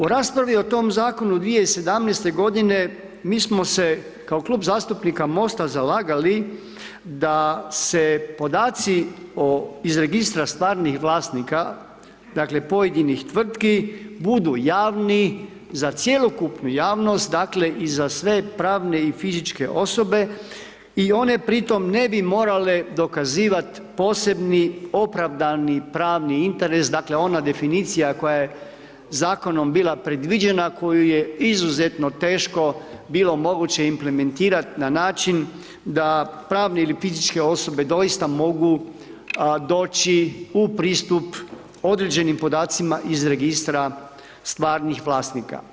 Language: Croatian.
U raspravi o tom zakonu 2017. godine mi smo se kao Klub zastupnika MOST-a zalagali da se podaci o iz Registra stvarnih vlasnika, dakle pojedinih tvrtki budu javni, za cjelokupnu javnost dakle i za sve pravne i fizičke osobe i one pri tom ne bi morale dokazivat posebni opravdani pravni interes, dakle ona definicija koja je zakonom predviđena koju je izuzetno teško bilo moguće implementirat na način da pravne ili fizičke osobe doista mogu doći u pristup određenim podacima iz Registra stvarnih vlasnika.